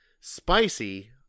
Spicy